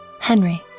Henry